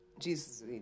Jesus